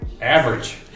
Average